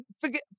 Forget